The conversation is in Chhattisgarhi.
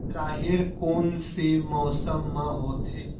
राहेर कोन से मौसम म होथे?